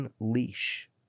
unleash